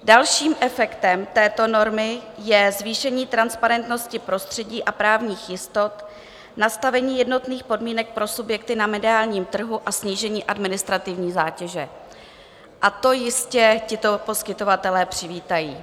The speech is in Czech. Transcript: Dalším efektem této normy je zvýšení transparentnosti prostředí a právních jistot, nastavení jednotných podmínek pro subjekty na mediálním trhu a snížení administrativní zátěže, a to jistě tito poskytovatelé přivítají.